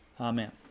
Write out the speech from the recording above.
amen